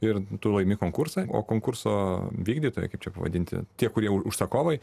ir tu laimi konkursą o konkurso vykdytojai kaip čia pavadinti tie kurie užsakovai